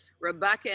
Rebecca